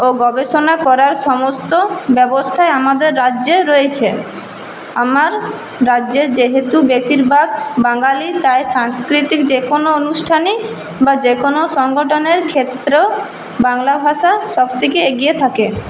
ও গবেষণা করার সমস্ত ব্যবস্থাই আমাদের রাজ্যে রয়েছে আমার রাজ্যে যেহেতু বেশিরভাগ বাঙালি তাই সাংস্কৃতিক যেকোনও অনুষ্ঠানেই বা যেকোনও সংগঠনের ক্ষেত্রেও বাংলাভাষা সব থেকে এগিয়ে থাকে